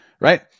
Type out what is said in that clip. right